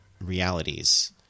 realities